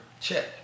check